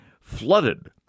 flooded